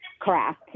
Correct